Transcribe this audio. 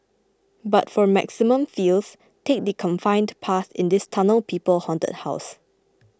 but for maximum feels take the confined path in this Tunnel People Haunted House